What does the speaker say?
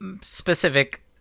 specific